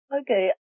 Okay